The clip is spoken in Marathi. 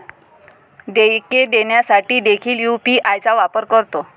देयके देण्यासाठी देखील यू.पी.आय चा वापर करतो